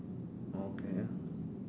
okay